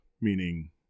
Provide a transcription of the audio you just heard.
meaning